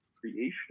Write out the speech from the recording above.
creation